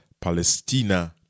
Palestina